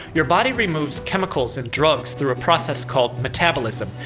your body removes chemicals and drugs through a process called metabolism.